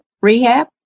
rehab